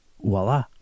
voila